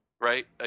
right